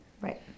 Right